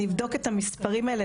אני אבדוק את המספרים האלה,